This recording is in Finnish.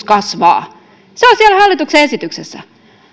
kasvaa se on siellä hallituksen esityksessä